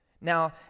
Now